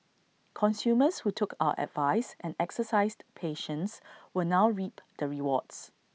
consumers who took our advice and exercised patience will now reap the rewards